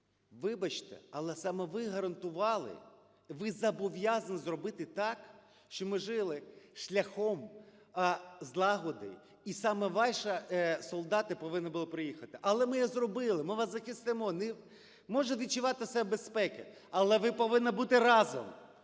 вибачте, але саме ви гарантували, ви зобов'язані зробити так, щоб ми жили шляхом злагоди, і саме ваші солдати повинні були приїхати. Але ми зробили, ми вас захистимо, можете почувати себе в безпеці. Але ви повинні бути разом,